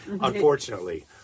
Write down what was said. unfortunately